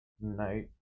Night